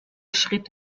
schritt